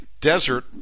desert